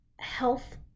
Health